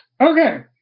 Okay